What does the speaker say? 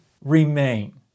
remain